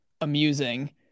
amusing